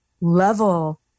level